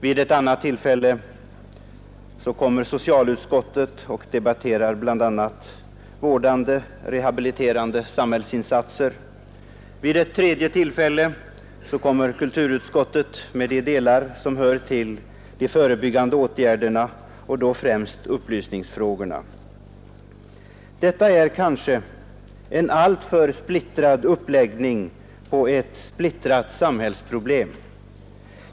Vid ett annat tillfälle kommer socialutskottet och debatterar bl.a. vårdande och rehabiliterande samhällsinsatser. Vid ett tredje tillfälle behandlar kulturutskottet de delar som hör till de förebyggande åtgärderna, då främst upplysningsfrågorna. Detta är kanske en alltför splittrad uppläggning av ett splittrat samhällsproblem.